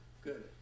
Good